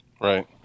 Right